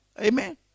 Amen